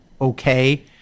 okay